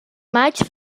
maig